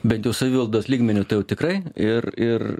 bent jau savivaldos lygmeniu tai jau tikrai ir ir